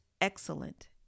excellent